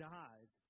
died